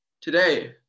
Today